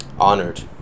honored